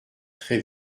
très